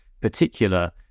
particular